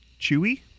chewy